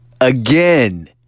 Again